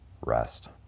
rest